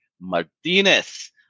Martinez